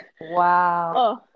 Wow